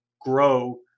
grow